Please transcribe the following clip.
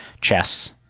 chess